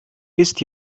ist